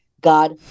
God